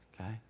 Okay